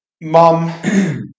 mom